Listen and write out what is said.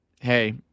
hey